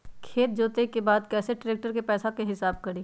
खेत जोते के बाद कैसे ट्रैक्टर के पैसा का हिसाब कैसे करें?